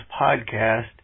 podcast